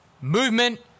movement